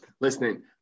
listening